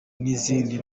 n’izindi